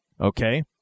okay